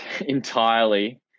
entirely